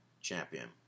champion